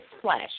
flesh